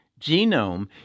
genome